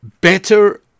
better